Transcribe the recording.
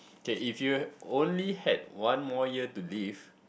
okay if you only had one more year to live